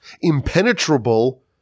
impenetrable